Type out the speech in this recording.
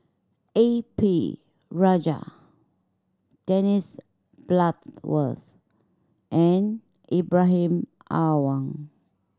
A P Rajah Dennis Bloodworth and Ibrahim Awang